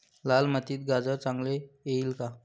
लाल मातीत गाजर चांगले येईल का?